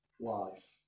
life